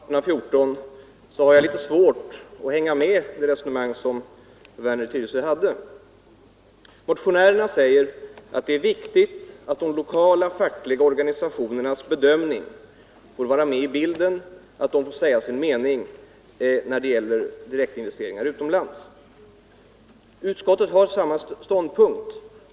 Herr talman! Jag har begärt ordet med anledning av herr Werners i Tyresö inlägg i debatten. Herr Werner försökte påvisa att det fanns en skillnad i synsätt mellan utskottet och motionärerna när det gäller frågan om direktinvesteringar utomlands. Som medansvarig för motionen 1814 måste jag säga att jag har litet svårt för att hänga med i det resonemanget. Motionärerna säger att det är viktigt att de lokala fackliga organisationerna får vara med i bilden och säga sin mening när det gäller direktinvesteringar utomlands. Utskottet har där samma ståndpunkt.